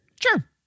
Sure